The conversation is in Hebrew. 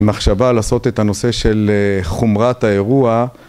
מחשבה לעשות את הנושא של חומרת האירוע